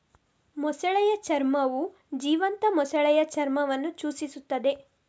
ಮೊಸಳೆಯ ಚರ್ಮವು ಜೀವಂತ ಮೊಸಳೆಯ ಚರ್ಮವನ್ನು ಸೂಚಿಸುತ್ತದೆ